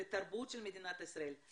לתרבות של מדינת ישראל,